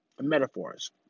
metaphors